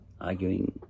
arguing